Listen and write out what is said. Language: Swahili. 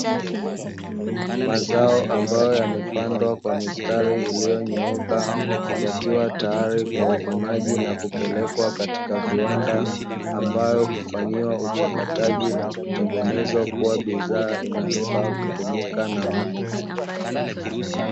Mazao ambayo yamepandwa kwa mistari iliyonyooka, yakiwa tayari kwa uvunaji na kupelekwa katika viwanda, ambayo hufanyiwa uchakataji na kutengenezwa kuwa bidhaa inayoyofaa kutumiwa na watu.